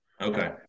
Okay